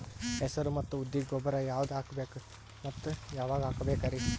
ಹೆಸರು ಮತ್ತು ಉದ್ದಿಗ ಗೊಬ್ಬರ ಯಾವದ ಹಾಕಬೇಕ ಮತ್ತ ಯಾವಾಗ ಹಾಕಬೇಕರಿ?